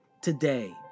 today